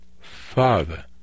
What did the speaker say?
father